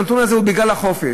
הנתון הזה הוא בגלל החופש,